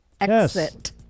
exit